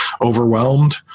overwhelmed